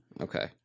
Okay